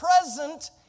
present